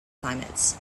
climates